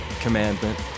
Commandment